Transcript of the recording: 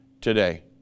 today